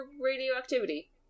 radioactivity